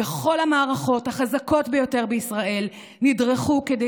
וכל המערכות החזקות ביותר בישראל נדרכו כדי